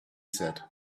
said